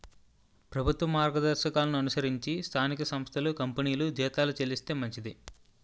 ప్రభుత్వ మార్గదర్శకాలను అనుసరించి స్థానిక సంస్థలు కంపెనీలు జీతాలు చెల్లిస్తే మంచిది